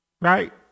right